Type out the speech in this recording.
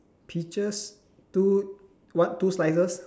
peaches two one two slices